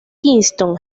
kingston